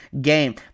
game